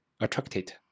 attracted